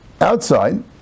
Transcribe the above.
outside